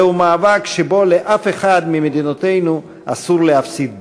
זהו מאבק שבו לאף אחת ממדינותינו אסור להפסיד בו.